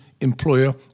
employer